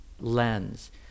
lens